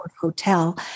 hotel